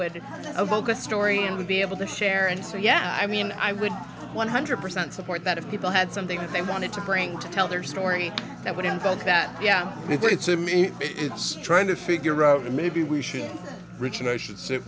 a story and would be able to share and so yeah i mean i would one hundred percent support that if people had something that they wanted to bring to tell their story that would invoke that yeah it's a me it's trying to figure out maybe we should reach and i should say